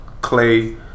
clay